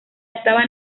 estaba